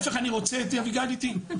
ההיפך, אני רוצה את אביגיל איתי.